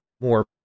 more